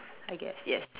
I guess yes